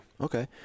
Okay